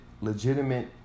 legitimate